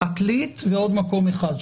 עתלית ועוד מקום אחד.